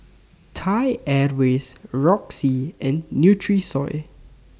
Thai Airways Roxy and Nutrisoy